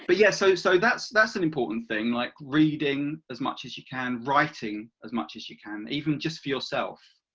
but yeah so so that's that's an important thing, like reading as much as you can, writing as much as you can even just for yourself.